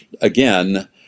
again